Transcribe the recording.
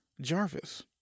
Jarvis